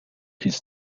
his